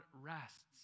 rests